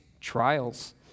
trials